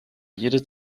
jede